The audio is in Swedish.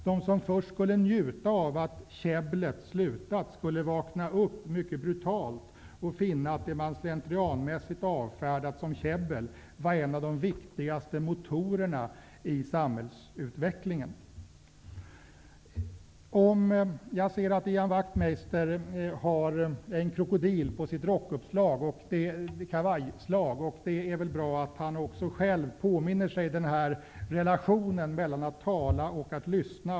De som först skulle njuta av att käbblet slutat, skulle vakna upp mycket brutalt och finna att det man slentrianmässigt avfärdat som käbbel var en de viktigaste motorerna i samhällsutvecklingen. Jag ser att Ian Wachtmeister har en krokodil på sitt kavajslag. Det är bra att han själv påminner sig relationen mellan att tala och lyssna.